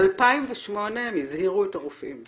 ב-2008 הם הזהירו את הרופאים,